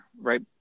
right